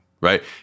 right